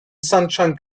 sunshine